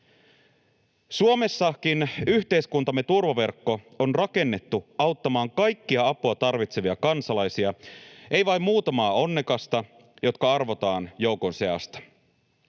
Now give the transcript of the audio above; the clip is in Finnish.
Suomessakin yhteiskuntamme turvaverkko on rakennettu auttamaan kaikkia apua tarvitsevia kansalaisia, ei vain muutamaa onnekasta, jotka arvotaan joukon seasta.